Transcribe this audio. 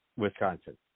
Wisconsin